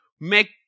make